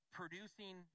producing